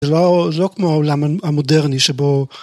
זה לא כמו העולם המודרני שבו...